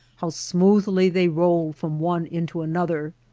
how smoothly they rolled from one into another,